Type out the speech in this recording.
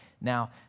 Now